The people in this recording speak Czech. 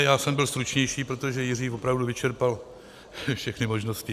Byl jsem stručnější, protože Jiří opravdu vyčerpal všechny možnosti.